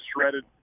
shredded